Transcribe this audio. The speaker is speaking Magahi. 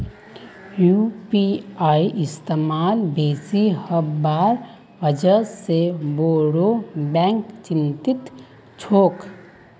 यू.पी.आई इस्तमाल बेसी हबार वजह से बोरो बैंक चिंतित छोक